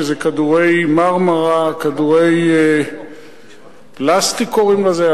שזה "כדורי המרמרה" כדורי פלסטיק קוראים לזה?